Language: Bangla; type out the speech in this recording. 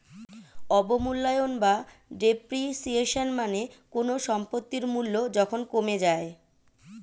অবমূল্যায়ন বা ডেপ্রিসিয়েশন মানে কোনো সম্পত্তির মূল্য যখন কমে যায়